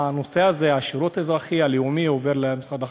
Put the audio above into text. השירות האזרחי הלאומי עובר למשרד החקלאות,